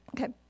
Okay